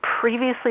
previously